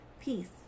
Peace